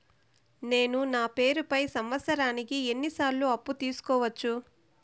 నేను నా పేరుపై సంవత్సరానికి ఎన్ని సార్లు అప్పు తీసుకోవచ్చు?